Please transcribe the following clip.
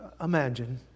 imagine